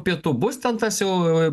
pietų bus ten tas jau